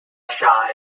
shah